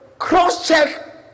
cross-check